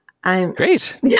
Great